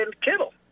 Kittle